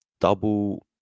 double